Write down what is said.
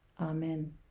Amen